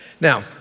Now